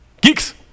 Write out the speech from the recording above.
Geeks